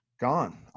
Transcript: gone